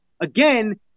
again